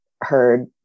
heard